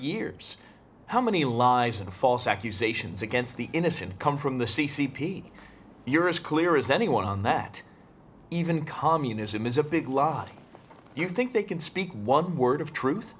years how many lies and false accusations against the innocent come from the c c p your is clear is anyone on that even communism is a big lie you think they can speak one word of truth